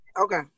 Okay